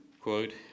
quote